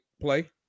play